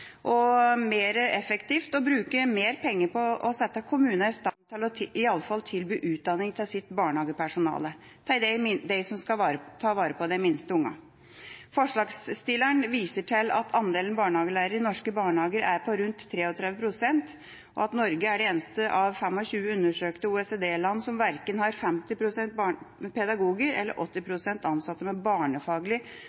mer effektivt å bruke mer penger på å sette kommunene i stand til iallfall å tilby utdanning til sitt barnehagepersonale – til dem som skal ta vare på de minste ungene. Forslagsstilleren viser til at andelen barnehagelærere i norske barnehager er på rundt 33 pst., og at Norge er det eneste av 25 undersøkte OECD-land som verken har 50 pst. pedagogdekning eller 80 pst. med barnefaglig